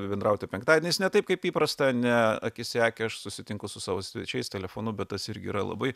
bendrauti penktadieniais ne taip kaip įprasta ne akis į akį aš susitinku su savo svečiais telefonu bet tas irgi yra labai